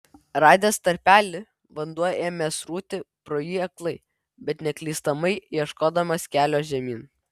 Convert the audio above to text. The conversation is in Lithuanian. radęs tarpelį vanduo ėmė srūti pro jį aklai bet neklystamai ieškodamas kelio žemyn